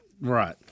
Right